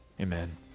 Amen